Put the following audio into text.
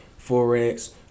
forex